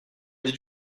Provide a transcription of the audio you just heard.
did